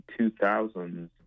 2000s